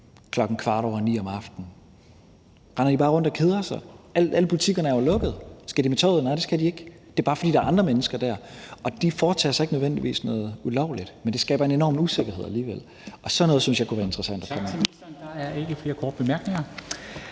drenge kl. 21.15 om aftenen? Render de bare rundt og keder sig? Alle butikkerne er jo lukket. Skal de med toget? Nej, det skal de ikke. Det er bare, fordi der er andre mennesker der. Og de foretager sig ikke nødvendigvis noget ulovligt, men det skaber alligevel en enorm usikkerhed, og sådan noget synes jeg kunne være interessant